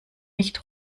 nicht